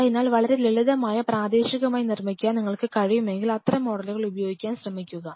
അതിനാൽ വളരെ ലളിതമായ പ്രാദേശികമായി നിർമ്മിക്കാൻ നിങ്ങൾക്ക് കഴിയുമെങ്കിൽ അത്തരം മോഡലുകൾ ഉപയോഗിക്കാൻ ശ്രമിക്കുക